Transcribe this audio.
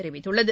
தெரிவித்துள்ளது